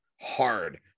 hard